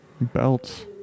belts